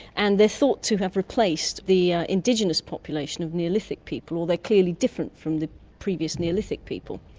and they're thought to have replaced the indigenous population of neolithic people or they're clearly different from the previous neolithic people.